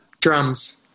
Drums